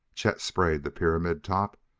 chet sprayed the pyramid top,